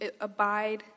abide